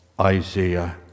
Isaiah